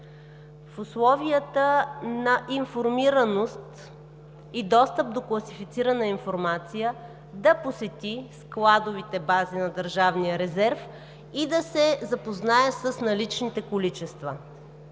в условията на информираност и достъп до класифицирана информация да посети складовите бази на Държавния резерв и да се запознае с наличните количества.